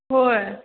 होय